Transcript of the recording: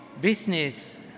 business